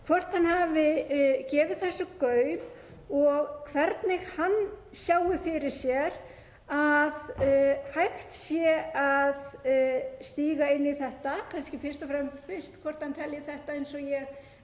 hvort hann hafi gefið þessu gaum og hvernig hann sjái fyrir sér að hægt sé að stíga inn í þetta. Kannski fyrst og fremst hvort hann telji þetta, eins og ég,